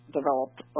developed